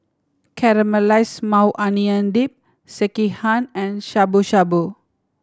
Caramelized Maui Onion Dip Sekihan and Shabu Shabu